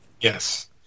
Yes